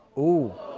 ooh.